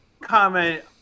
comment